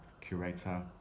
curator